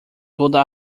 toda